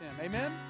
Amen